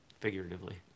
figuratively